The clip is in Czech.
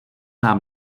nám